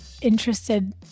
interested